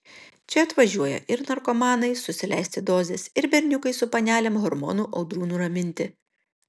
čia atvažiuoja ir narkomanai susileisti dozės ir berniukai su panelėm hormonų audrų nuraminti